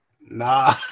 Nah